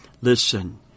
Listen